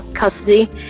custody